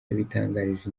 yabitangarije